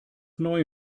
neue